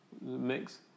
mix